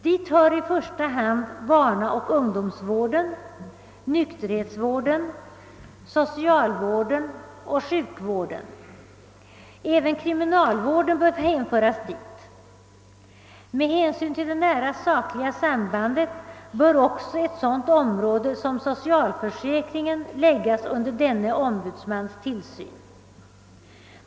Dit hör i första hand barnaoch ungdomsvården, nykterhetsvården, socialvården och sjukvården. Även kriminalvården bör hänföras dit. Med hänsyn till det nära sakliga sambandet bör också ett sådant område som socialförsäkringen läggas under denne ombudsmans tillsyn.